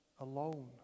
alone